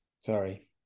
Sorry